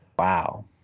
Wow